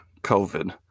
covid